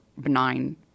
benign